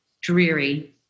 dreary